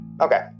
Okay